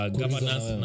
governance